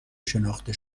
شناخته